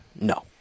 No